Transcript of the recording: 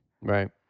Right